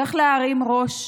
צריך להרים ראש,